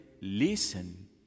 listen